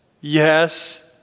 yes